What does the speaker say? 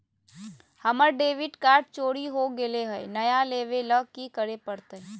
हमर debit card चोरी हो गेले हई, नया लेवे ल की करे पड़तई?